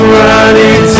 running